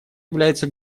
является